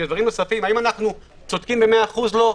האם אנו צודקים ב-100% - לא.